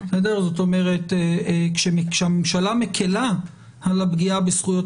זאת אומרת כשהממשלה מקלה על הפגיעה בזכויות